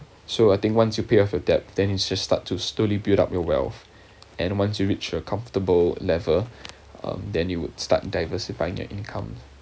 so I think once you pay off your debt then you just start to slowly build up your wealth and once you reach a comfortable level um then you would start diversifying your income